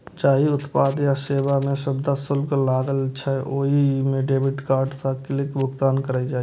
जाहि उत्पाद या सेवा मे सुविधा शुल्क लागै छै, ओइ मे डेबिट कार्ड सं बिलक भुगतान करक चाही